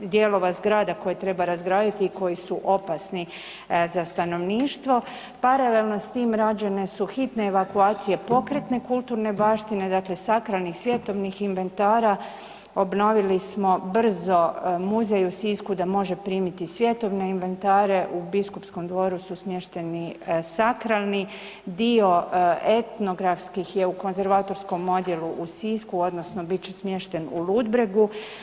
dijelova zgrada koje treba razgraditi i koji su opasni za stanovništvo, paralelno s time rađene su hitne evakuacije pokretne i kulturne baštine, dakle sakralnih, svjetovnih inventara, obnovili smo brzo muzej u Sisku da može primiti svjetovne inventare, u biskupskom dvoru su smješteni sakralni, dio etnografskih je u konzervatorskom odjelu u Sisku odnosno bit će smješten u Ludbregu.